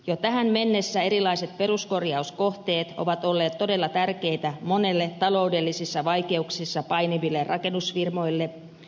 jo tähän mennessä erilaiset peruskorjauskohteet ovat olleet todella tärkeitä monille taloudellisissa vaikeuksissa painiville rakennusfirmoille